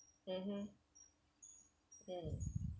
mmhmm mm